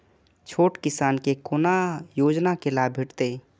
छोट किसान के कोना योजना के लाभ भेटते?